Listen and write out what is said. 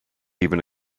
even